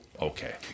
Okay